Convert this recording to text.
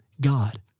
God